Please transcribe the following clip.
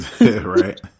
Right